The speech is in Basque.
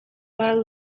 gradu